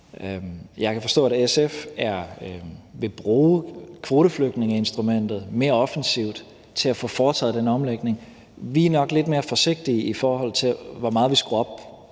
Jeg kan forstå, at SF vil bruge kvoteflygtningeninstrumentet mere offensivt til at få foretaget den omlægning. Vi er nok lidt mere forsigtige, i forhold til hvor meget vi skruer op